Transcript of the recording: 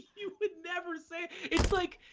you would never say. it's like,